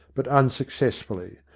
but unsuccessfully,